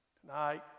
Tonight